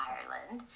Ireland